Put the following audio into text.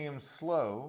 slow